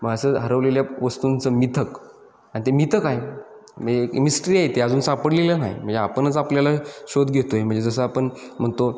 मग असं हरवलेल्या वस्तूंचं मिथक आणि ते मिथक आहे म्हणजे एक मिस्ट्री आहे ती अजून सापडलेलं नाही म्हणजे आपणच आपल्याला शोध घेतो आहे म्हणजे जसं आपण म्हणतो